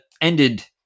ended